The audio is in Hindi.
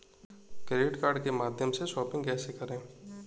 क्रेडिट कार्ड के माध्यम से शॉपिंग कैसे करें?